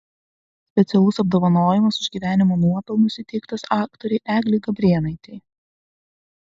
specialus apdovanojimas už gyvenimo nuopelnus įteiktas aktorei eglei gabrėnaitei